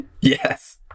Yes